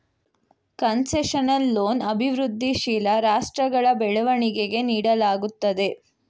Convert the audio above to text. concessional loan ಅಭಿವೃದ್ಧಿಶೀಲ ರಾಷ್ಟ್ರಗಳ ಬೆಳವಣಿಗೆಗೆ ನೀಡಲಾಗುತ್ತದೆ